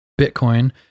Bitcoin